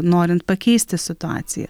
norint pakeisti situaciją